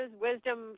wisdom